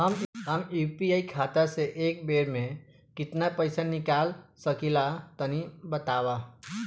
हम यू.पी.आई खाता से एक बेर म केतना पइसा निकाल सकिला तनि बतावा?